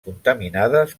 contaminades